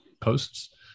posts